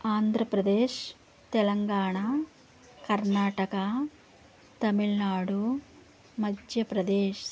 Andhra Pradesh Telangana Karnataka Tamil Nadu Madhya Pradesh